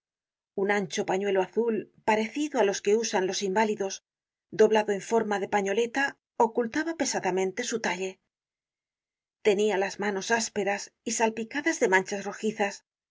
un ancho pañuelo azul parecido á los que usan los inválidos doblado en forma de pañoleta ocultaba pesadamente su talle tenia las manos ásperas y salpicadas de manchas rojizas